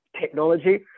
technology